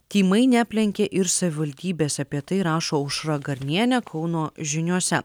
tymai neaplenkė ir savivaldybės apie tai rašo aušra garnienė kauno žiniose